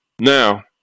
Now